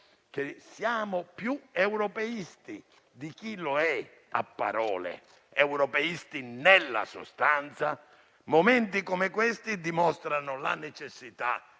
siamo più europeisti di chi lo è a parole, ma europeisti nella sostanza, momenti come questo dimostrano la necessità